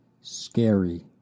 scary